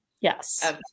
Yes